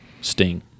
Sting